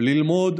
לדעת